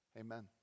Amen